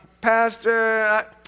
pastor